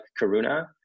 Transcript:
Karuna